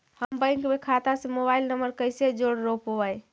हम बैंक में खाता से मोबाईल नंबर कैसे जोड़ रोपबै?